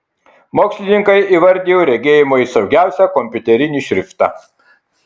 mokslininkai įvardijo regėjimui saugiausią kompiuterinį šriftą